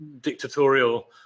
dictatorial